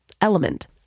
Element